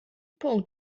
punkt